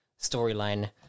storyline